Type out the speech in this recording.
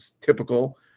typical